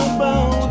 bound